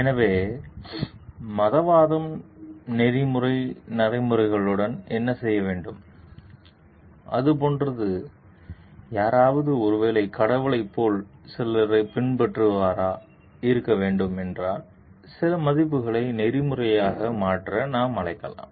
எனவே மதவாதம் நெறிமுறை நடைமுறைகளுடன் என்ன செய்ய வேண்டும் அது போன்றது யாராவது ஒருவேளை கடவுளைப் போல சிலரைப் பின்பற்றுபவராக இருக்க வேண்டும் என்றால் சில மதிப்புகளை நெறிமுறையாக மாற்ற நாம் அழைக்கலாம்